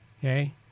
Okay